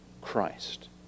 Christ